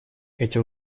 эти